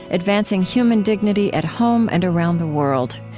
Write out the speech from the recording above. advancing human dignity at home and around the world.